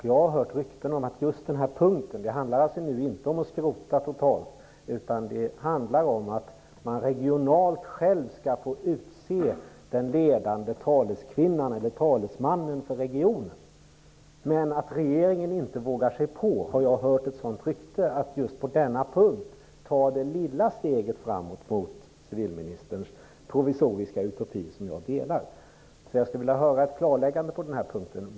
Jag har hört rykten om att på just den här punkten - det handlar alltså inte om att skrota totalt utan om att man regionalt själv skall få utse den ledande taleskvinnan eller talesmannen för regionen - vågar inte regeringen ta detta lilla steg framåt mot civilministerns provisoriska utopi, som jag delar. Jag skulle alltså vilja ha ett klarläggande på den här punkten.